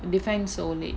define so late